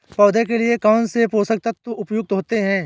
पौधे के लिए कौन कौन से पोषक तत्व उपयुक्त होते हैं?